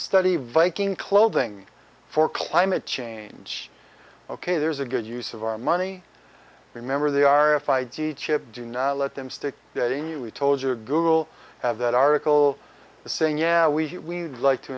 study viking clothing for climate change ok there's a good use of our money remember they are if i do chip do not let them stick that in you we told you or google have that article saying yeah we like to